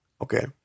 Okay